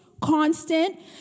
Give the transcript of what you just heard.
constant